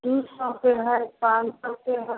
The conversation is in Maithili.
दू सएके हइ पाँच सएके हइ